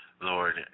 Lord